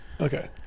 Okay